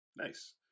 Nice